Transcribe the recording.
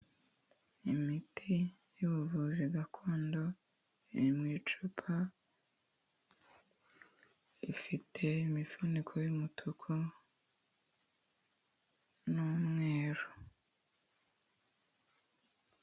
Imiti y'ubuvuzi gakondo iri mu icupa, ifite imifuniko y'umutuku n'umweru.